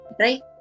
Right